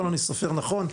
אני סופר נכון?